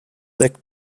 thick